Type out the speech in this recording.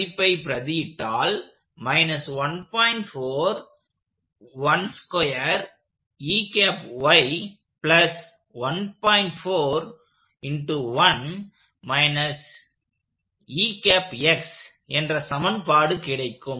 மதிப்பை பிரதியிட்டால் என்ற சமன்பாடு கிடைக்கும்